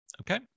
Okay